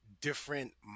different